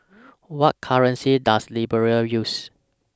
What currency Does Liberia use